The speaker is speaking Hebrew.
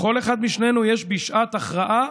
לכל אחד משנינו יש בשעת הכרעה